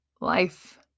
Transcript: life